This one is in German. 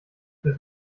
das